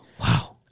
Wow